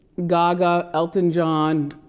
gaga, elton john,